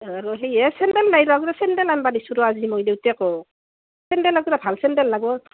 আৰু সেই হে ছেণ্ডেল নাই ৰ ছেণ্ডেল আনবা দিছোঁ ৰ আজি মই দেউতাকক ছেণ্ডেল একযোৰা ভাল ছেণ্ডেল লাগব